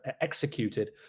executed